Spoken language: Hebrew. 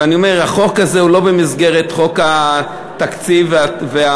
ואני אומר: החוק הזה הוא לא במסגרת חוק התקציב וההסדרים,